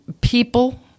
people